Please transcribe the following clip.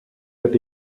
that